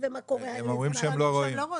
ומה קורה --- הם אומרים שהם לא רואים.